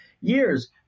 years